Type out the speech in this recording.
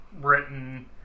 written